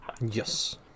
Yes